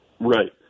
Right